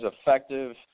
effective –